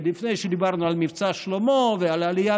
לפני שדיברנו על מבצע שלמה ועל העלייה